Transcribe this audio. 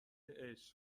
عشق